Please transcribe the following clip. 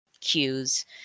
cues